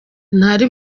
ntari